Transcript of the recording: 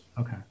Okay